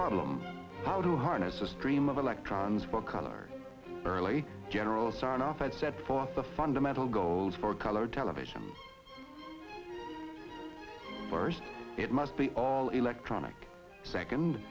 problem how to harness a stream of electrons for color early general sarnoff i set forth the fundamental goals for color television first it must be all electronic second